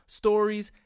stories